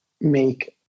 make